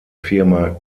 firma